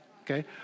Okay